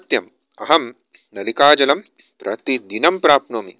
सत्यम् अहं नलिकाजलं प्रतिदिनं प्राप्नोमि